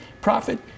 profit